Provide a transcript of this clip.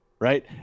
right